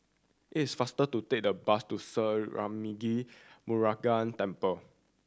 it's faster to take the bus to Sri Arulmigu Murugan Temple